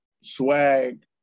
swag